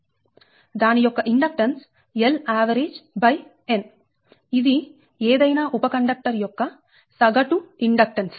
దాని యొక్క inductance L avgn ఇది ఏదైనా ఉప కండక్టర్ యొక్క సగటు ఇండక్టెన్స్